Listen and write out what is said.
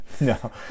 No